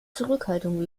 zurückhaltung